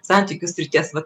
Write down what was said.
santykių srities va